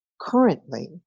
Currently